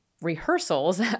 rehearsals